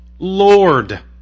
Lord